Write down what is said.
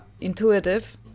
intuitive